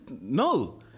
no